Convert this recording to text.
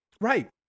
Right